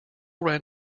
ran